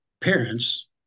parents